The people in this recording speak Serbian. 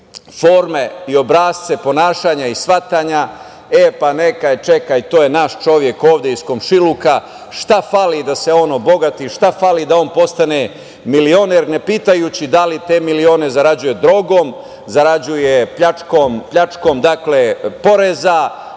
forme i obrasce ponašanja i shvatanja – e, pa, neka je, čekaj, to je naš čovek ovde iz komšiluka, šta fali da se on obogati, šta fali da on postane milioner, ne pitajući da li te milione zarađuje drogom, zarađuje pljačkom poreza,